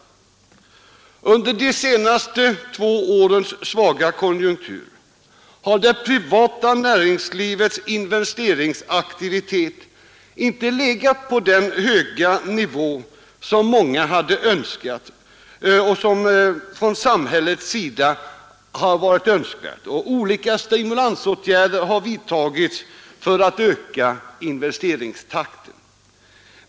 Under de senaste årens svaga konjunktur har det privata näringslivets investeringsaktivitet inte legat på den höga nivå som man hade önskat från samhällets sida, och olika stimulansåtgärder har vidtagits för att öka investeringstakten.